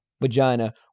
vagina